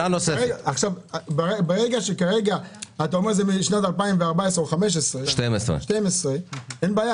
ברגע שאתה אומר שזה משנת 2012 - אין בעיה.